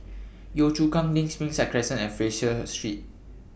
Yio Chu Kang LINK Springside Crescent and Fraser Street